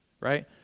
right